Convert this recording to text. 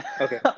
Okay